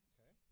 Okay